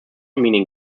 meaning